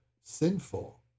sinful